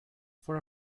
for